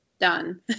done